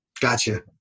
Gotcha